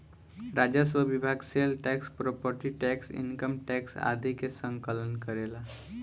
राजस्व विभाग sale tax property tax income tax आदि के संकलन करेला